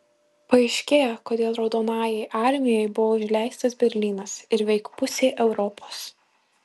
paaiškėja kodėl raudonajai armijai buvo užleistas berlynas ir veik pusė europos